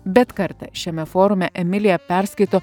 bet kartą šiame forume emilija perskaito